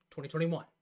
2021